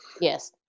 Yes